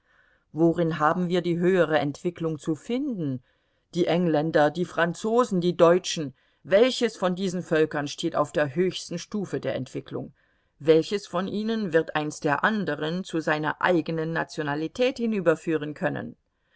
worin haben wir die höhere entwicklung zu finden die engländer die franzosen die deutschen welches von diesen völkern steht auf der höchsten stufe der entwicklung welches von ihnen wird eins der anderen zu seiner eigenen nationalität hinüberführen können